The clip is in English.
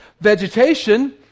vegetation